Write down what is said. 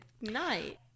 night